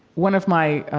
one of my, um,